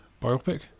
biopic